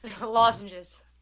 Lozenges